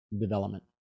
development